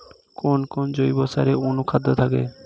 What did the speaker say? কোন কোন জৈব সারে অনুখাদ্য থাকে?